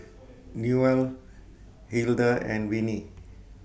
Newell Hilda and Vinie